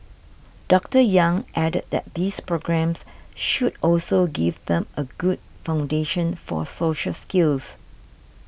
Doctor Yang added that these programmes should also give them a good foundation for social skills